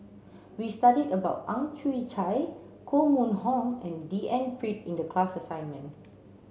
we studied about Ang Chwee Chai Koh Mun Hong and D N Pritt in the class assignment